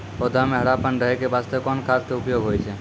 पौधा म हरापन रहै के बास्ते कोन खाद के उपयोग होय छै?